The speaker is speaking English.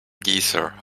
geezer